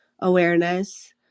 awareness